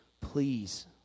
please